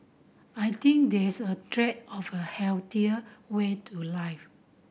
I think there's a trend of a healthier way to life